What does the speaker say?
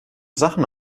sachen